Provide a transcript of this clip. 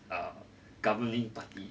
uh governing party